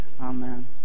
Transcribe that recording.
Amen